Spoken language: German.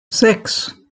sechs